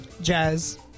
Jazz